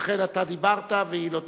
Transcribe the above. ואתה דיברת, והיא לא תוכל.